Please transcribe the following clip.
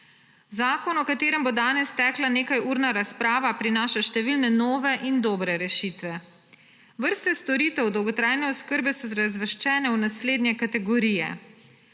Zakon, o katerem bo danes tekla nekajurna razprava, prinaša številne nove in dobre rešitve. Vrste storitev dolgotrajne oskrbe so razvrščene v naslednje kategorije: